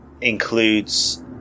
includes